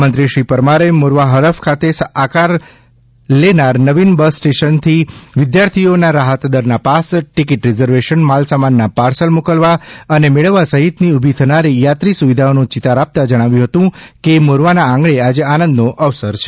મંત્રી શ્રી પરમારે મોરવા હ ખાતે સાકાર થનાર નવીન બસ સ્ટેન્ડથી વિદ્યાર્થીઓના રાહતદરના પાસ ટિકિટ રિઝર્વેશન માલસામાનના પાસઁલ મોકલવા અને મેળવવા સહિતની ઉભી થનારી યાત્રી સુવિધાઓનો ચિતાર આપતા જણાવ્યું હતું કે મોરવાના આંગણે આજે આનંદનો અવસર છે